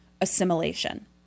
assimilation